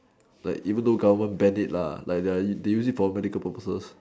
like even though government ban it lah like their they use it for medical purposes